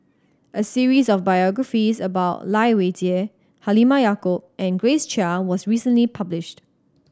a series of biographies about Lai Weijie Halimah Yacob and Grace Chia was recently published